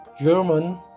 German